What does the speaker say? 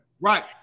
Right